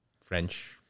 French